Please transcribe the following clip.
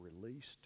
released